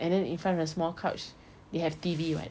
and then infront of a small couch you have T_V [what]